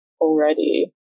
already